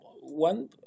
one